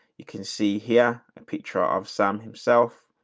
you can see here a picture of some himself,